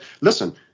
listen